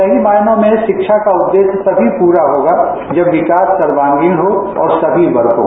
सही मायनों में शिक्षा का उद्देश्य तभी पूरा होगा जब विकास सर्वा गीण हो और सभी वगों का हो